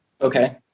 Okay